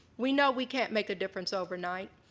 we know we can't make a difference overnight.